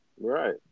Right